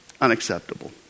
Unacceptable